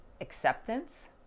acceptance